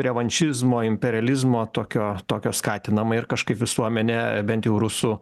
revanšizmo imperializmo tokio tokio skatinama ir kažkaip visuomenė bent jau rusų